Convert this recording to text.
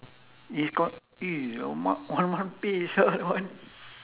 is got alamak one hundred pay is a lot